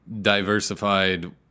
diversified